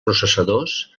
processadors